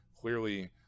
Clearly